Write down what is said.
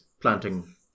planting